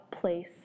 place